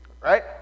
right